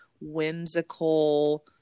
whimsical